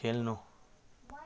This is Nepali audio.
खेल्नु